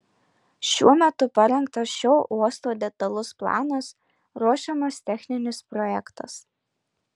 šiuo metu parengtas šio uosto detalus planas ruošiamas techninis projektas